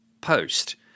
post